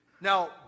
Now